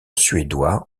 suédois